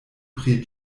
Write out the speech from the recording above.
pri